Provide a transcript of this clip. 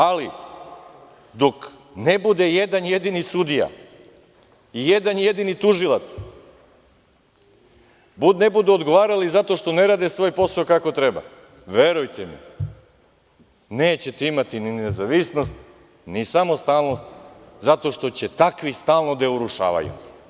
Ali, dok ne bude jedan jedini sudiji, jedan jedini tužilac, ne budu odgovarali zato što ne rade svoj posao kako treba, verujte mi, nećete imati ni nezavisnost, ni samostalnost, zato što će takvi stalno da je urušavaju.